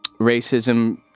racism